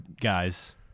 guys